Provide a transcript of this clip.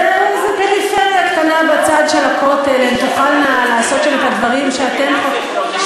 באיזו פריפריה קטנה בצד של הכותל הן תוכלנה לעשות שם את הדברים שחלקנו,